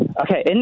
Okay